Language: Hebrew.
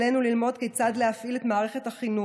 עלינו ללמוד כיצד להפעיל את מערכות החינוך,